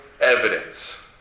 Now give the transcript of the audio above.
evidence